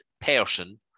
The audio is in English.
person